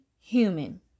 human